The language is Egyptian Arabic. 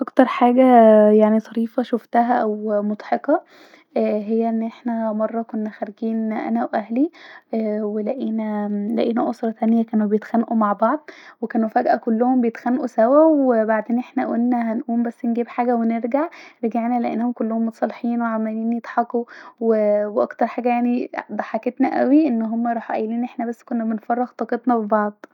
اكتر حاجه يعني طريفه شوفتها اا أو مضحكه هي الي احنا مره كنا خارجين انا واهلي ااا ولاقينا اا لاقينا اسره تانيه كانو بيتخانقو مع بعض وكانو فجاه كلهم بيتخانقو سوا وبعدين احنا قولنا هنقوم بس نجيب حاجه ونرجع رجعنا لاقيناهم كلهم متصالحين وعمالين يضحكوا ااا وو واكتر حاجه يعني ضحكتنا اوي راحوا قايلين احنا بس كنا بنخرج طاقتنا في بعض